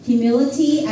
Humility